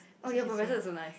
oh your professor also nice